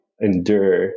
endure